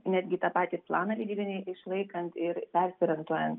netgi tą patį planą leidybinį išlaikant ir persiorientuojant